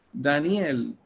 Daniel